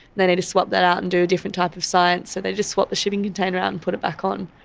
then they need to swap that out and do a different type of science, so they just swap the shipping container out and put it back on.